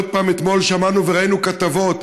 ועוד פעם אתמול שמענו וראינו כתבות